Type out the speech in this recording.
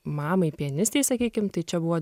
mamai pianistei sakykim tai čia buvo